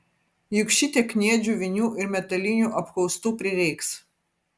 juk šitiek kniedžių vinių ir metalinių apkaustų prireiks